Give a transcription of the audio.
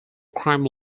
crime